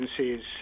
agencies